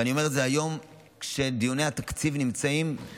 ואני אומר את זה היום כשדיוני התקציב בעיצומם,